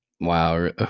Wow